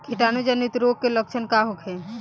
कीटाणु जनित रोग के लक्षण का होखे?